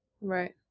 Right